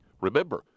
Remember